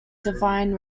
divine